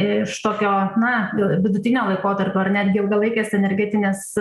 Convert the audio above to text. iš tokio na dėl vidutinio laikotarpio ar netgi ilgalaikės energetinės